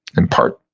in part,